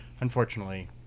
unfortunately